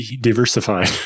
diversified